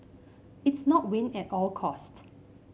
it's not win at all cost